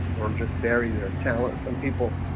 or just bury their talent some people